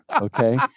okay